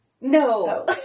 No